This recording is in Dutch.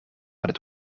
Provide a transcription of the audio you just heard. het